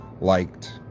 liked